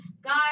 Guys